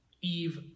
Eve